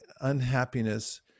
Unhappiness